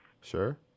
sure